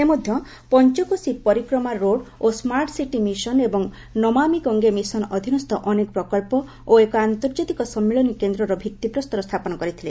ସେ ମଧ୍ୟ ପଞ୍ଚକୋଶୀ ପରିକ୍ରମା ରୋଡ଼୍ ଓ ସ୍କାର୍ଟ ସିଟି ମିଶନ ଏବଂ ନମାମୀ ଗଙ୍ଗେ ମିଶନ ଅଧୀନସ୍ଥ ଅନେକ ପ୍ରକଳ୍ପ ଓ ଏକ ଅନ୍ତର୍ଜାତିକ ସମ୍ମିଳନୀ କେନ୍ଦ୍ରର ଭିତ୍ତିପ୍ରସ୍ତର ସ୍ଥାପନ କରିଥିଲେ